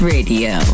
Radio